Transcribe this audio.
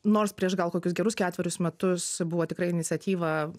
nors prieš gal kokius gerus ketverius metus buvo tikrai iniciatyva